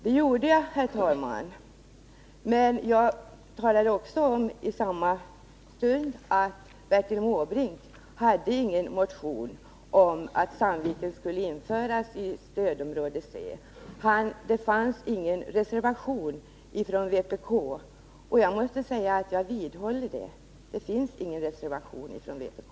Det gjorde jag, herr talman, men jag talade också om i samma stund att Bertil Måbrink inte hade någon motion om att Sandviken skulle införas i stödområde C och att det inte fanns någon reservation från vpk. Jag vidhåller det — det finns ingen reservation från vpk.